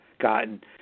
gotten